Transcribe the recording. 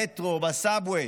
במטרו ובסאבוויי,